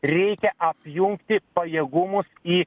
reikia apjungti pajėgumus į